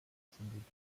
achsen